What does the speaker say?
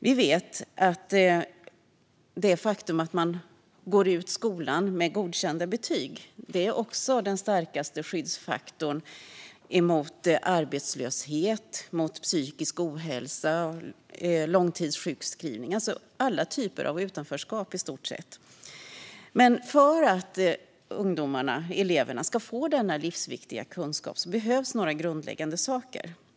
Vi vet att det faktum att man går ut skolan med godkända betyg också är den starkaste skyddsfaktorn mot arbetslöshet, psykisk ohälsa och långtidssjukskrivning, alltså i stort sett alla typer av utanförskap. Men för att ungdomarna - eleverna - ska få denna livsviktiga kunskap behövs några grundläggande saker.